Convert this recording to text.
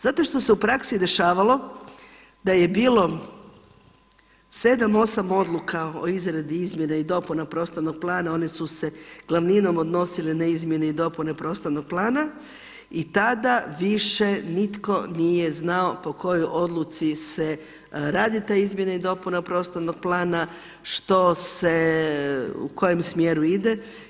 Zato što se u praksi dešavalo da je bilo 7, 8 odluka o izradi izmjene i dopuna prostornog plana, one su se glavninom odnosile na izmjene i dopune prostornog plana i tada više nitko nije znao po kojoj odluci se radi ta izmjena i dopuna prostornog plana, u kojem smjeru ide.